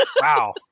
Wow